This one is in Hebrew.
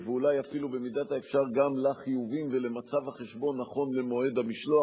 ואולי אפילו במידת האפשר גם לחיובים ולמצב החשבון נכון למועד המשלוח,